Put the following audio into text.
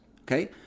Okay